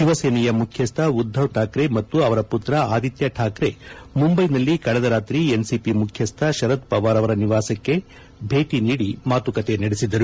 ಶಿವಸೇನೆಯ ಮುಖ್ಯಸ್ಥ ಉದ್ದವ್ ಠಾಕ್ರೆ ಮತ್ತು ಅವರ ಪುತ್ರ ಆದಿತ್ಯ ಠಾಕ್ರೆ ಮುಂಬೈನಲ್ಲಿ ಕಳೆದ ರಾತ್ರಿ ಎನ್ಸಿಪಿ ಮುಖ್ಯಸ್ಥ ಶರದ್ಪವಾರ್ ಅವರ ನಿವಾಸಕ್ಕೆ ಭೇಟಿ ನೀಡಿ ಮಾತುಕತೆ ನಡೆಸಿದರು